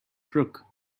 crook